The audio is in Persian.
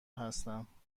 هستم